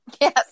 Yes